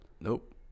Nope